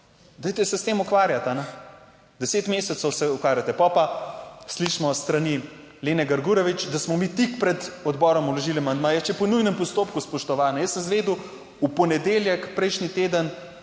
dajte se s tem ukvarjati. Deset mesecev se ukvarjate, pol pa slišimo s strani Lene Grgurevič, da smo mi tik pred odborom vložili amandmaje. Ja, če je po nujnem postopku, spoštovana, jaz sem izvedel v ponedeljek, prejšnji teden,